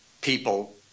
people